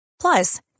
Plus